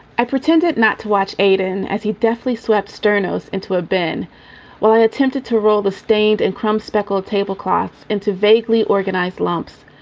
i pretended not to watch aiden as he definitely swept stefano's into a bin while i attempted to roll the stained and chrome speckled tablecloths into vaguely organized lumps.